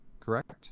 correct